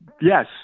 yes